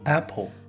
Apple